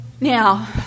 Now